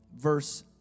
verse